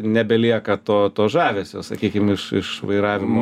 nebelieka to to žavesio sakykim iš iš vairavimo